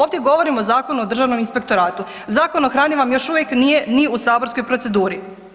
Ovdje govorim o Zakonu o državnom inspektoratu, Zakon o hrani vam još uvijek nije ni u saborskoj proceduri.